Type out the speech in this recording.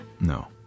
no